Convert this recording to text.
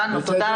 תודה.